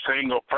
single